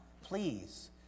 Please